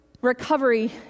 recovery